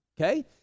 okay